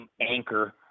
anchor